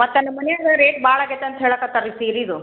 ಮತ್ತೆ ನಮ್ಮ ಮನೆಯಾಗೆ ರೇಟ್ ಭಾಳ ಆಗ್ಯತೆ ಅಂತ ಹೇಳಾಕತ್ತಾರೆ ರೀ ಸೀರೆದು